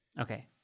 Okay